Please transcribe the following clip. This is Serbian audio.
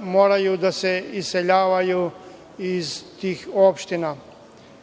moraju da se iseljavaju iz tih opština. Tako